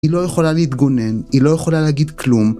היא לא יכולה להתגונן, היא לא יכולה להגיד כלום